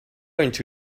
into